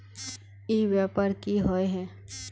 ई व्यापार की होय है?